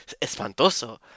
espantoso